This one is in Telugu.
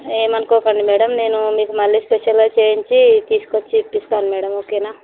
ఏమీ అనుకోకండి మేడం నేను మీకు మళ్ళీ స్పెషల్గా చేయించి తీసుకువచ్చి ఇప్పిస్తాను మేడం ఓకేనా